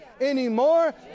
anymore